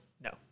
No